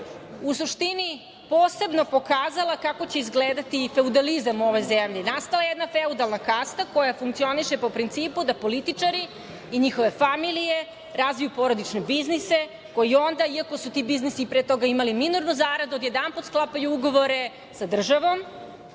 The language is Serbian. u suštini posebno pokazala kako će izgledati feudalizam u ovoj zemlji. Nastala je jedna feudalna kasta koja funkcioniše po principu da političari i njihove familije razviju porodične biznise, koji onda, iako su ti biznisi pre toga imali minornu zaradu, odjedanput sklapaju ugovore sa državom